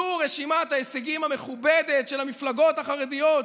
זו רשימת ההישגים המכובדת של המפלגות החרדיות,